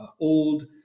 old